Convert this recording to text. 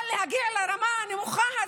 אבל להגיע לרמה הנמוכה הזאת,